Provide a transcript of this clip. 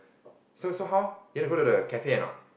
so so how you want to go to the cafe or not